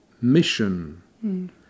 mission